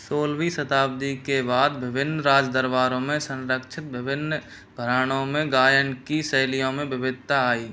सोलहवीं शताब्दी के बाद विभिन्न राजदरबारों में संरक्षित विभिन्न घरानों में गायन की शैलियों में विविधता आई